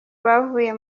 bavuye